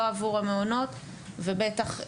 לא עבור המעונות ובטח,